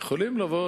יכולים לבוא